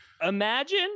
Imagine